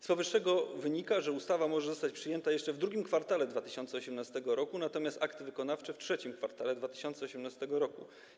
Z powyższego wynika, że ustawa może zostać przyjęta jeszcze w II kwartale 2018 r., natomiast akty wykonawcze - w III kwartale 2018 r.